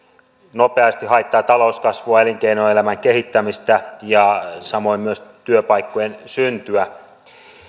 nopeasti haittaa talouskasvua elinkeinoelämän kehittämistä ja samoin myös työpaikkojen syntyä